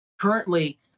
currently